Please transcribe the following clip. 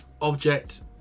Object